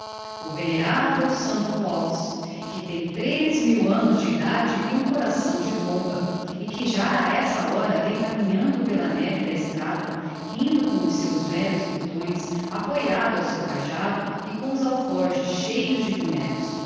o veneravel santo claus que tem trez mil annos de edade e um coração de pomba e que já a essa hora vem caminhando pela neve da estrada rindo com os seus velhos botões apoiado ao seu cajado e com os alforges cheios de bonecos